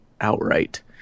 outright